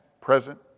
present